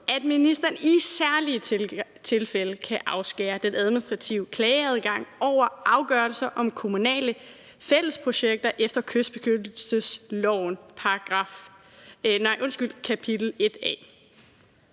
at ministeren i særlige tilfælde kan afskære den administrative klageadgang over afgørelser om kommunale fællesprojekter efter kystbeskyttelseslovens